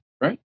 Right